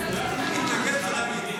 תתנגד.